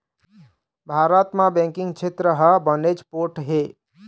भारत म बेंकिंग छेत्र ह बनेच पोठ हे